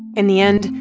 in the end,